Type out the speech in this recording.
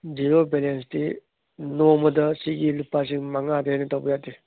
zero ꯕꯦꯂꯦꯟꯁꯇꯤ ꯅꯣꯡꯃꯗ ꯁꯤꯒꯤ ꯂꯨꯄꯥ ꯂꯤꯁꯤꯡ ꯃꯉꯥꯗꯒꯤ ꯍꯦꯟꯅ ꯇꯧꯕ ꯌꯥꯗꯦ